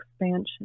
expansion